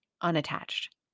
unattached